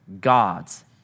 God's